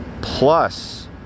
Plus